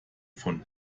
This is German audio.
von